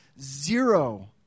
zero